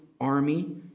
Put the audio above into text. army